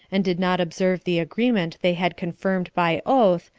and did not observe the agreement they had confirmed by oath,